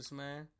man